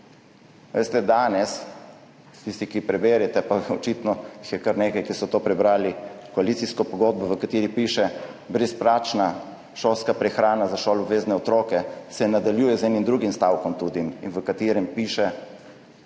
Veste, danes tisti, ki preberete – pa očitno jih je kar nekaj, ki so to prebrali – koalicijsko pogodbo, v kateri piše brezplačna šolska prehrana za šoloobvezne otroke, se nadaljuje z enim drugim stavkom, v katerem piše,